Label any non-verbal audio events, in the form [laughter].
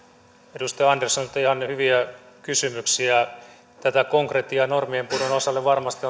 edustaja anderssonilta ihan hyviä kysymyksiä tätä konkretiaa normien purun osalle varmasti [unintelligible]